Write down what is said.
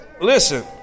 Listen